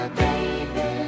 baby